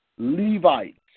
Levites